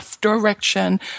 direction